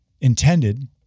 intended